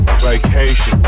vacation